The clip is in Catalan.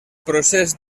procés